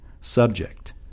subject